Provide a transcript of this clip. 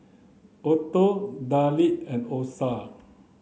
Otho Dale and Osa